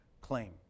claim